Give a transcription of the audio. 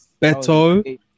Beto